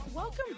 Welcome